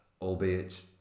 albeit